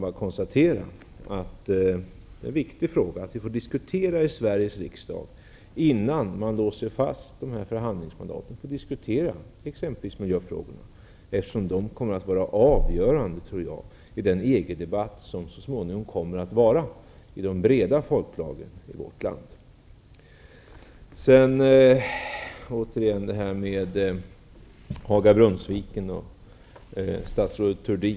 Jag konstaterar bara att det är viktigt att vi får diskutera t.ex. miljöfrågorna i Sveriges riksdag innan man låser fast förhandlingsmandaten, eftersom de kommer att vara avgörande i den EG-debatt som så småningom kommer att föras i de breda folklagren i vårt land. Jag vill återkomma till detta med Haga-- Brunnsviken och statsrådet Thurdin.